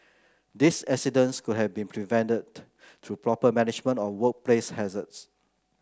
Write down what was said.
these accidents could have been prevented through proper management of workplace hazards